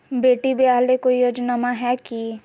बेटी ब्याह ले कोई योजनमा हय की?